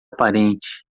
aparente